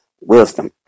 wisdom